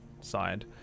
side